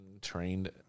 trained